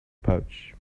pouch